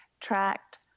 tracked